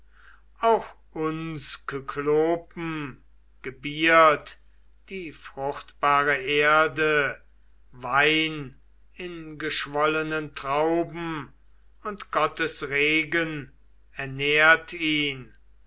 auch uns kyklopen gebiert die fruchtbare erde wein in geschwollenen trauben und gottes regen ernährt ihn